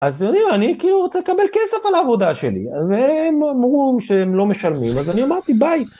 אז אני, אני כאילו רוצה לקבל כסף על העבודה שלי, והם אמרו שהם לא משלמים, אז אני אמרתי ביי.